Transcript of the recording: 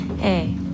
Hey